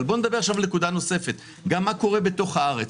אבל בואו נדבר עכשיו על נקודה נוספת גם מה קורה בתוך הארץ.